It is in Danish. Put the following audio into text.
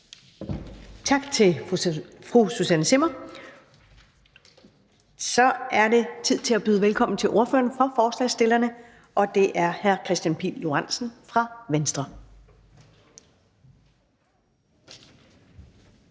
Tak til fru Susanne Zimmer. Så er det tid til at byde velkommen til ordføreren for forslagsstillerne, og det er hr. Kristian Pihl Lorentzen fra Venstre.